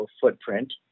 footprint